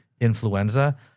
influenza